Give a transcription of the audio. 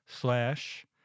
slash